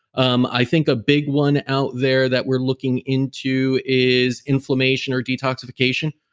um i think a big one out there that we're looking into is inflammation or detoxification,